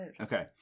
Okay